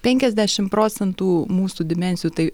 penkiasdešim procentų mūsų dimensijų tai